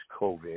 COVID